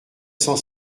cent